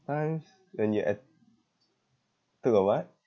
times when you at took a what